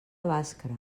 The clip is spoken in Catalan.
bàscara